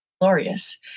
glorious